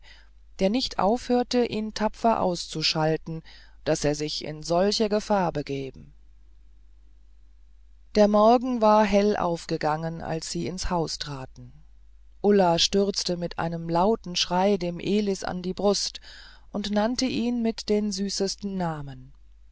der nicht aufhörte ihn tapfer auszuschalten daß er sich in solche gefahr begeben der morgen war hell aufgegangen als sie ins haus traten ulla stürzte mit einem lauten schrei dem elis an die brust und nannte ihn mit den süßesten namen